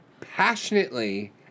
passionately